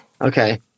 okay